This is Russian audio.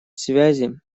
связи